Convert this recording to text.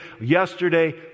yesterday